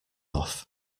off